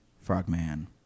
frogman